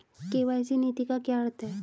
KYC नीति का क्या अर्थ है?